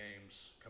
games